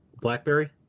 Blackberry